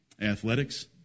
athletics